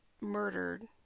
murdered